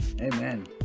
Amen